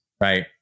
Right